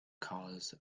cause